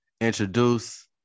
introduce